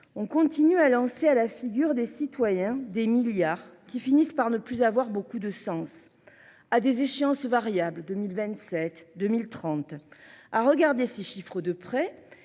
On continue de lancer à la figure des citoyens des milliards d’euros qui finissent par ne plus avoir beaucoup de sens, qui plus est à des échéances variables – 2027 ou 2030… À regarder ces chiffres de près,